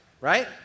right